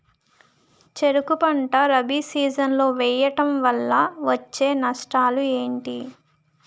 చెరుకు పంట రబీ సీజన్ లో వేయటం వల్ల వచ్చే నష్టాలు ఏంటి?